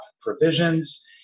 provisions